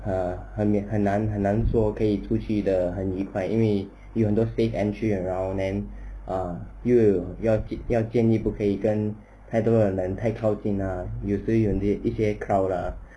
err 很很难很难做可以出去的很愉快因为有很多 safe entry around and ah 又要见又不可以跟太多人太靠近又是有一些 crowd ah